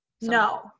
No